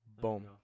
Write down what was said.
Boom